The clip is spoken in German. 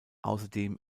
außerdem